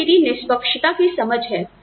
यह मेरी निष्पक्षता की समझ है